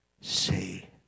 say